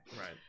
Right